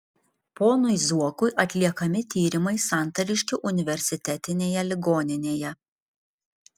ponui zuokui atliekami tyrimai santariškių universitetinėje ligoninėje